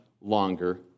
longer